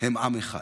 הם עם אחד.